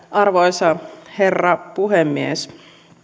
arvoisa herra puhemies